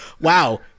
wow